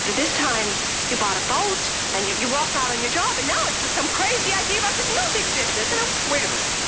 this time you bought a boat, and you you walked out on your job. and now it's so some crazy idea about the music business. and ah wait a minute.